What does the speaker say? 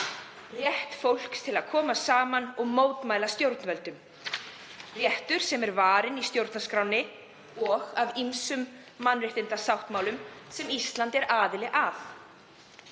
rétti fólks til að koma saman og mótmæla stjórnvöldum, rétti sem varinn er í stjórnarskránni og í ýmsum mannréttindasáttmálum sem Ísland er aðili að.